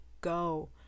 go